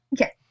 Okay